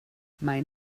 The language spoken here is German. mein